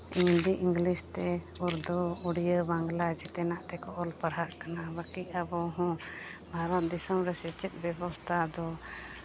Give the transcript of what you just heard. Hindi English ᱛᱮ ᱩᱨᱫᱩ ᱩᱲᱤᱭᱟ ᱵᱟᱝᱞᱟ ᱡᱮᱛᱮᱱᱟᱜ ᱛᱮᱠᱚ ᱚᱞ ᱯᱟᱲᱦᱟᱜ ᱠᱟᱱᱟ ᱵᱟᱠᱤ ᱟᱵᱚ ᱦᱚᱸ ᱵᱷᱟᱨᱚᱛ ᱫᱤᱥᱚᱢ ᱨᱮ ᱥᱮᱪᱮᱫ ᱵᱮᱵᱚᱥᱛᱟ ᱫᱚ